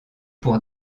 pour